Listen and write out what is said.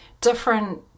different